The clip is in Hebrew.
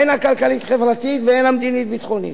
הן הכלכלית-חברתית והן המדינית-ביטחונית,